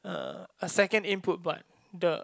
uh a second input but the